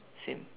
same